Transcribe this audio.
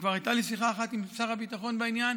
כבר הייתה לי שיחה אחת עם שר הביטחון בעניין,